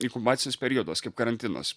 inkubacinis periodas kaip karantinas